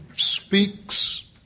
speaks